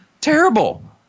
terrible